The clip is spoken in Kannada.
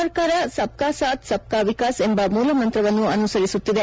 ಸರ್ಕಾರ ಸಬ್ ಕಾ ಸಾಥ್ ಸಬ್ ಕಾ ವಿಕಾಸ್ ಎಂಬ ಮೂಲಮಂತ್ರವನ್ನು ಅನುಸರಿಸುತ್ತಿದೆ